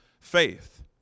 faith